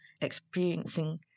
experiencing